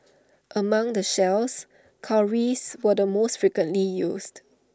among the shells cowries were the most frequently used